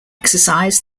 exercise